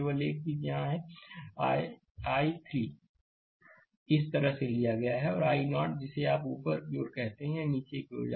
केवल एक चीज यहां है I i 3 को इस तरह से लिया गया है और i0 जिसे आप ऊपर की ओर कहते हैं यह नीचे की ओर जा रहा है इसका मतलब है i0 i 3